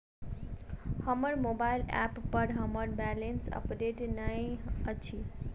हमर mobile app पर हमर बैलेंस अपडेट नहि अछि